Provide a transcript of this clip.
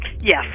Yes